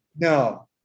No